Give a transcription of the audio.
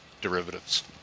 derivatives